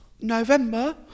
November